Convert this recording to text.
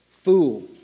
Fool